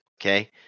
okay